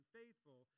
faithful